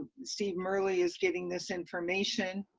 steve merle is getting this information,